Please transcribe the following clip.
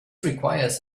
requires